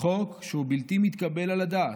"חוק שהוא בלתי מתקבל על הדעת,